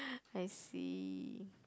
I see